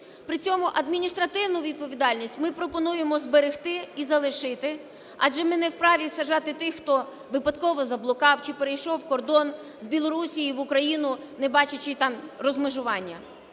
При цьому адміністративну відповідальність ми пропонуємо зберегти і залишити, адже ми не вправі сажати тих, хто випадково заблукав чи перейшов кордон з Білорусії в Україну, не бачачи там розмежування.